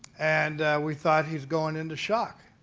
and we thought he's going into shock.